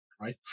right